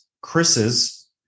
Chris's